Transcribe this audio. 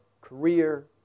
career